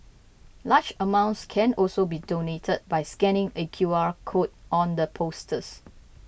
large amounts can also be donated by scanning a Q R code on the posters